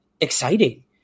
exciting